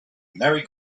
merry